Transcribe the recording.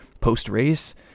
post-race